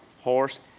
horse